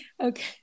Okay